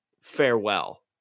farewell